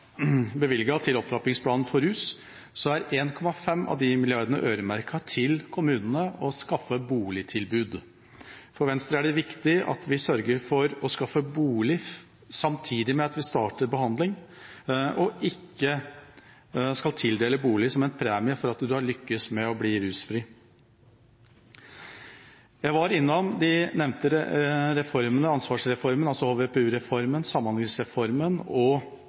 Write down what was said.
til opptrappingsplan for rus, er 1,5 mrd. kr øremerket til kommunene for å skaffe boligtilbud. For Venstre er det viktig at vi sørger for å skaffe bolig samtidig med at vi starter behandling, og at vi ikke skal tildele bolig som premie for at man har lyktes med å bli rusfri. Jeg var innom de nevnte reformene, ansvarsreformen, HVPU-reformen, samhandlingsreformen og